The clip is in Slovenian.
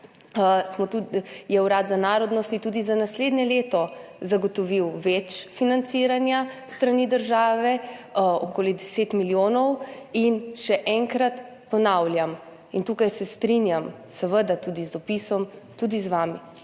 je Urad za narodnosti tudi za naslednje leto zagotovil več financiranja s strani države, okoli 10 milijonov. In še enkrat ponavljam – tukaj se seveda strinjam tudi z dopisom, tudi z vami